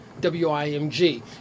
WIMG